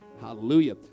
Hallelujah